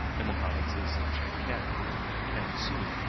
in the provinces of chekiang and kiangsu,